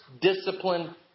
discipline